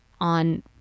on